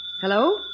Hello